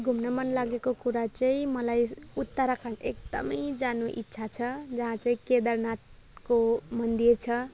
घुम्न मन लागेको कुरा चाहिँ मलाई उत्तराखण्ड एकदमै जानु इच्छा छ जहाँ चाहिँ केदारनाथको मन्दिर छ